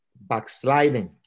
backsliding